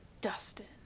Dustin